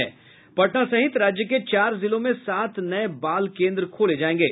पटना सहित राज्य के चार जिलों में सात नये बाल केन्द्र खोले जायेंगे